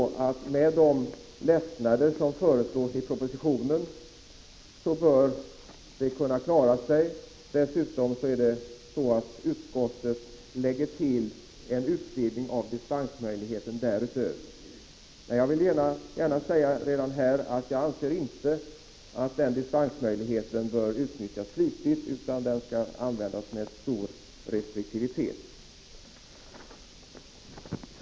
Med de lättnader som föreslås i propositionen bör problemen kunna klaras. Dessutom vill utskottet medge en ytterligare utvidgning av dispensmöjligheterna. Jag vill gärna säga att jag inte anser att den dispensmöjligheten bör utnyttjas flitigt utan med stor restriktivitet.